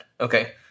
Okay